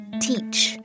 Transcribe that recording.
teach